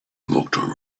looked